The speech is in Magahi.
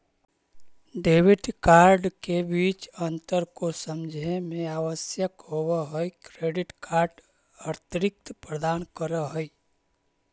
डेबिट कार्ड के बीच अंतर को समझे मे आवश्यक होव है क्रेडिट कार्ड अतिरिक्त प्रदान कर है?